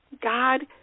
God